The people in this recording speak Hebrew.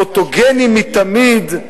פוטוגני מתמיד,